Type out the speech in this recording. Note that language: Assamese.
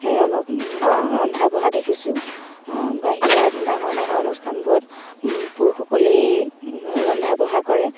হে অলপ ৰন্ধা বঢ়া দেখিছোঁ বাহিৰা ডাঙৰ ডাঙৰ অনুষ্ঠানবোৰত পুৰুষসকলেই ৰন্ধা বঢ়া কৰে